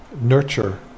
nurture